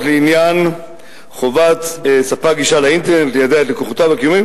לעניין חובת ספק גישה לאינטרנט ליידע את לקוחותיו הקיימים